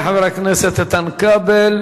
תודה לחבר הכנסת איתן כבל.